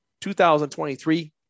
2023